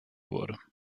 wurde